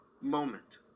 moment